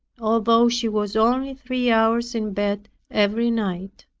although she was only three hours in bed every night.